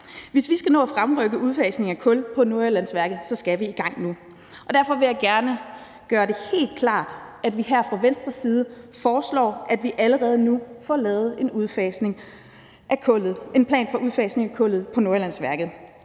hvis vi skal nå at fremrykke udfasningen af kul på Nordjyllandsværket, skal vi i gang nu, og derfor vil jeg gerne gøre det helt klart, at vi her fra Venstres side foreslår, at vi allerede nu får lavet en plan for udfasning af kullet på Nordjyllandsværket,